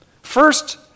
First